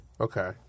Okay